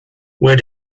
where